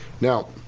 Now